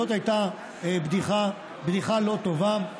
זאת הייתה בדיחה לא טובה,